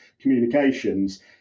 communications